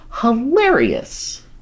hilarious